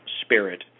spirit